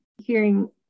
hearing